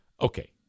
Okay